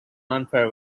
unfair